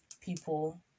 people